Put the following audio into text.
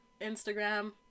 Instagram